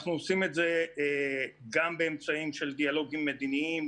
אנחנו עושים את זה גם באמצעים של דיאלוגים מדיניים,